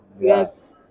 Yes